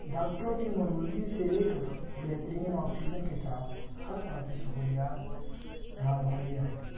ڈاکٹروں کی موجودگی سے لے کر بہترین آکسیجن کے ساتھ ہر طرح کی سہولت یہاں مہیا ہیں